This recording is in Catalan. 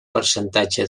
percentatge